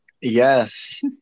Yes